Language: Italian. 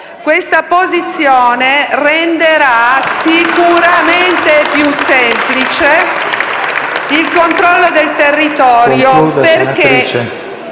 Questa posizione renderà sicuramente più semplice il controllo del territorio, perché